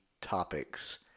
topics